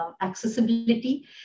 accessibility